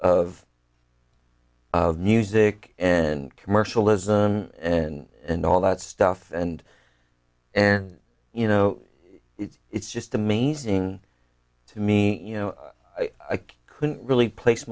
of music and commercialism and and all that stuff and and you know it's it's just amazing to me you know i couldn't really place